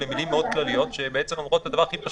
אלה מילים מאוד כלליות שבעצם אומרות את הדבר הכי פשוט,